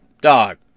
Dog